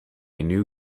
new